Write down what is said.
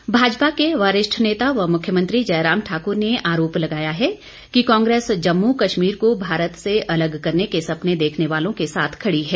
मुख्यमंत्री भाजपा के वरिष्ठ नेता व मुख्यमंत्री जयराम ठाकर ने आरोप लगाया है कि कांग्रेस जम्मू कश्मीर को भारत से अलग करने के सपने देखने वालों के साथ खड़ी है